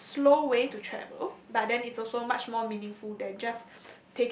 uh uh slow way to travel but then it's also much more meaningful than just